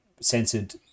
censored